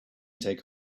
take